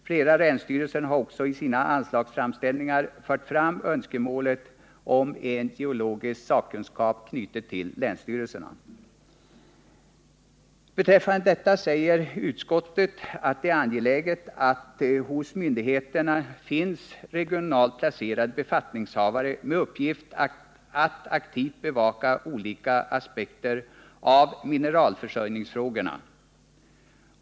Flera länsstyrelser har också i sina anslagsframställningar fört fram önskemålet om en geologisk sakkunskap knuten till Beträffande detta säger utskottet att det är angeläget att det hos myndigheterna finns regionalt placerade befattningshavare med uppgift att aktivt bevaka olika aspekter av mineralförsörjningsfrågorna.